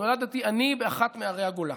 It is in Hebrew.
נולדתי אני באחת מערי הגולה.